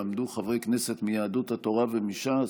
יעמדו חברי כנסת מיהדות התורה ומש"ס